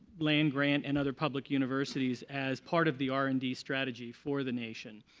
land grant and other public universities as part of the r and d strategy for the nation.